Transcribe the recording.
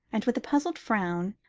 and with a puzzled frown,